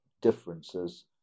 differences